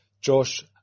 Josh